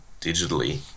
digitally